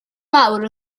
mawr